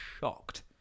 Shocked